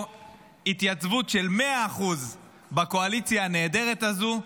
התייצבות של 100% בקואליציה הנהדרת הזו,